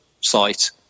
site